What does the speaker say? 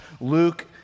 Luke